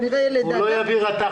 לא יגיע לפה רתך